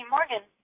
Morgan